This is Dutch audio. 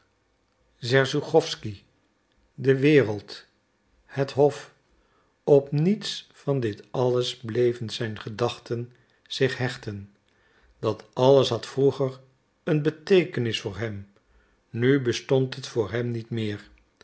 serzuchowsky de wereld het hof op niets van dit alles bleven zijn gedachten zich hechten dat alles had vroeger een beteekenis voor hem nu bestond het voor hem niet meer